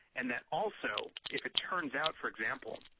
and that also, if it turns out, for example,